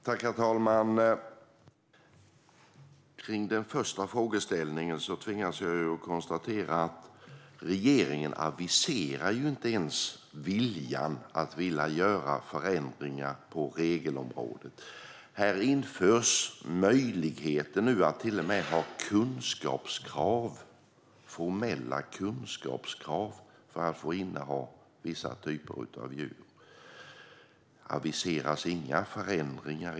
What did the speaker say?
Herr talman! Vad gäller den första frågeställningen tvingas jag konstatera att regeringen inte ens aviserar en vilja att göra förändringar på regelområdet. Nu införs till och med formella kunskapskrav för att få inneha vissa typer av djur.